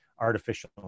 artificial